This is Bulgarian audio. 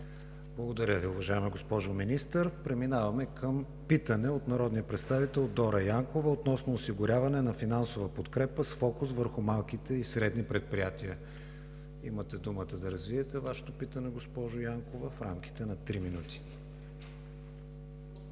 Благодаря Ви, уважаема госпожо Министър. Преминаваме към питане от народния представител Дора Янкова относно осигуряване на финансова подкрепа с фокус върху малките и средните предприятия. Имате думата да развиете Вашето питане, госпожо Янкова, в рамките на три минути. ДОРА